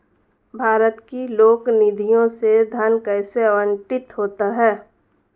भारत की लोक निधियों से धन कैसे आवंटित होता है?